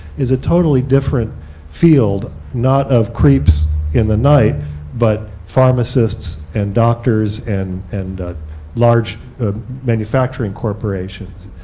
is a totally different field not of creeps in the night but pharmacists and doctors and and large manufacturing corporations.